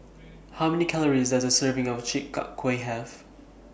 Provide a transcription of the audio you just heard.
How Many Calories Does A Serving of Chi Kak Kuih Have